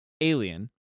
Alien